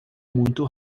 muito